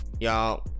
y'all